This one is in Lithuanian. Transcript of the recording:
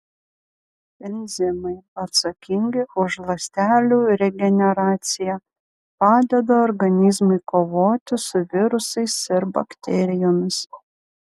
enzimai atsakingi už ląstelių regeneraciją padeda organizmui kovoti su virusais ir bakterijomis